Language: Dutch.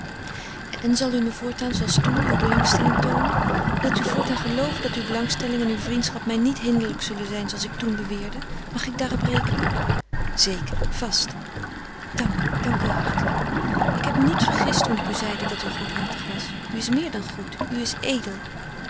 en zal u me voortaan zooals toen uwe belangstelling toonen wil u voortaan gelooven dat uw belangstelling en uw vriendschap mij niet hinderlijk zullen zijn zooals ik toen beweerde mag ik daarop rekenen zeker vast dank u dank u hartelijk ik heb me niet vergist toen ik u zeide dat u goedhartig was u is meer dan goed u is edel